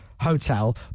hotel